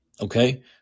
Okay